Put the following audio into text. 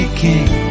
king